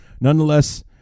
nonetheless